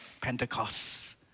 Pentecost